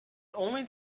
only